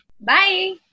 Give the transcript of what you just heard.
bye